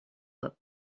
hop